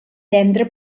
prendre